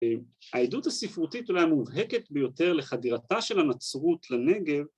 העדות הספרותית אולי המובהקת ביותר לחדירתה של הנצרות לנגב